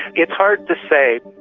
it's hard to say.